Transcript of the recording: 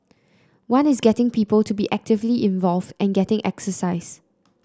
one is getting people to be actively involve and getting exercise